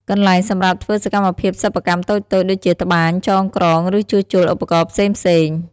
កន្លែងសម្រាប់ធ្វើសកម្មភាពសិប្បកម្មតូចៗ ដូចជា ត្បាញ ចងក្រង ឬជួសជុលឧបករណ៍ផ្សេងៗ ។